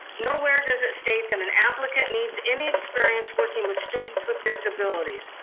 nowhere does it state that an applicant needs any experience working with students with disabilities.